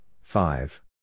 five